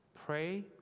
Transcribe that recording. pray